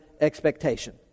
expectation